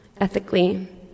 ethically